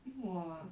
eh !wah!